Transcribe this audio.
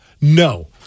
No